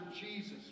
Jesus